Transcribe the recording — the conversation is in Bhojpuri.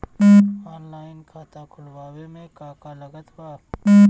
ऑनलाइन खाता खुलवावे मे का का लागत बा?